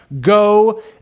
Go